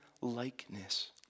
likeness